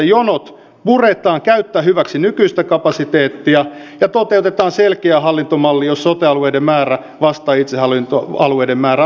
jonot puretaan käyttäen hyväksi nykyistä kapasiteettia ja toteutetaan selkeä hallintomalli jossa sote alueiden määrä vastaa itsehallintoalueiden määrää